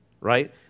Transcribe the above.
right